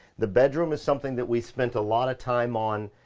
the bedroom is something that we spent a lot of time on,